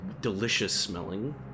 delicious-smelling